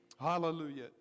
Hallelujah